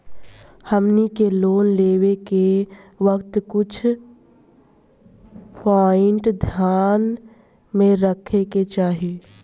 हमनी के लोन लेवे के वक्त कुछ प्वाइंट ध्यान में रखे के चाही